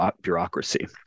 bureaucracy